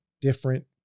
different